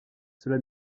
cela